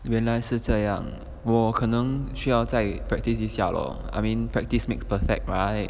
原来是这样我可能需要在 practice 一下 lor I mean practice makes perfect right